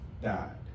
died